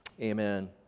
Amen